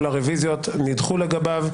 כל הרוויזיות לגביו נדחו.